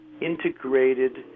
integrated